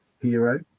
hero